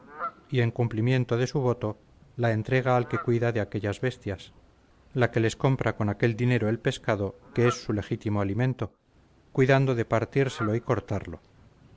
y en cumplimiento de su voto la entrega a la que cuida de aquellas bestias la que les compra con aquel dinero el pescado que es su legítimo alimento cuidando de partírselo y cortarlo